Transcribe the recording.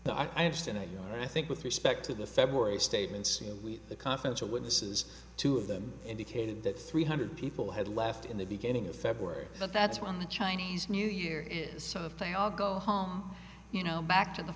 no i understand that you know i think with respect to the february statements you know the confidential witnesses two of them indicated that three hundred people had left in the beginning of february but that's when the chinese new year is so if they all go home you know back to the